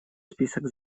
список